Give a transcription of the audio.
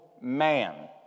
man